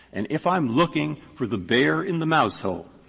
and if i am looking for the bear in the mouse hole,